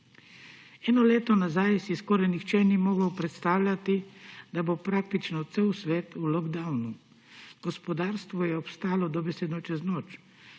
Eno leto nazaj si skoraj nihče ni mogel predstavljati, da bo praktično cel svet v lockdownu. Gospodarstvo je obstalo dobesedno čez noč,